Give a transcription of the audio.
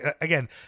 again